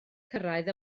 cyrraedd